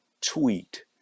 tweet